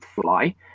fly